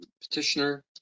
petitioner